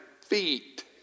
feet